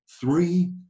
three